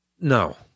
no